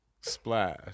Splash